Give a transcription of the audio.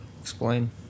Explain